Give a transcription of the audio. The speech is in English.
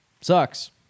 Sucks